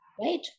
right